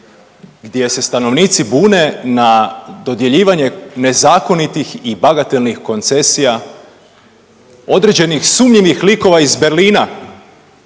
gdje se stanovnici bune na dodjeljivanje nezakonitih i bagatelnih koncesija određenih sumnjivih likova iz Berlina